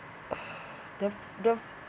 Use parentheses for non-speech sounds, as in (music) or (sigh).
(noise)